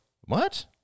What